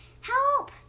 Help